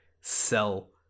sell